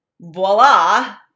voila